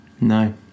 No